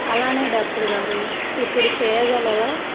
అలానే డాక్టర్ గారు ఇప్పుడు చెయ్యగలరా